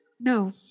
No